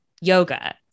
yoga